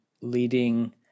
leading